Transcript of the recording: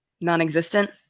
Non-existent